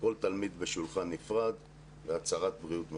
כל תלמיד בשולחן נפרד והצהרת בריאות מחייבת.